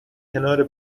کنار